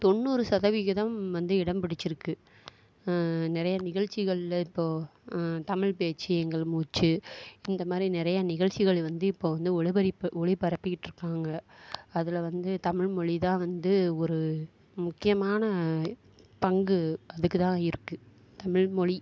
தொண்ணூறு சதவிகிதம் வந்து இடம் பிடிச்சுருக்கு நிறைய நிகழ்ச்சிகளில் இப்போது தமிழ் பேச்சு எங்கள் மூச்சு இந்த மாதிரி நிறைய நிகழ்ச்சிகள் வந்து இப்போது வந்து ஒளிபரிப்பு ஒளிப்பரப்பிகிட்டு இருக்காங்க அதில் வந்து தமிழ் மொழி தான் வந்து ஒரு முக்கியமான பங்கு அதுக்கு தான் இருக்குது தமிழ் மொழி